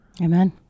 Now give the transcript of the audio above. Amen